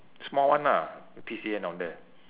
small one ah the P_C_N down there